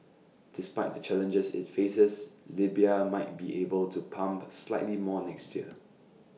despite the challenges IT faces Libya might be able to pump slightly more next year